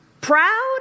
Proud